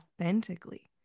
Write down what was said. authentically